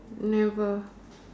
never